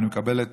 ואני מקבל את